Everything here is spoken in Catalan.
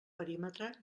perímetre